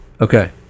Okay